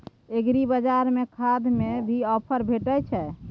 एग्रीबाजार में खाद में भी ऑफर भेटय छैय?